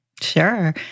Sure